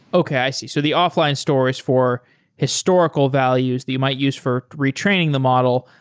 okay. i see. so the offline store is for historical values the you might use for retraining the model.